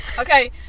Okay